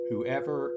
Whoever